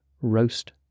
roast